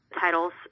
titles